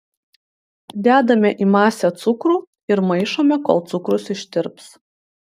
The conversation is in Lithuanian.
dedame į masę cukrų ir maišome kol cukrus ištirps